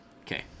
Okay